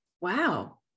wow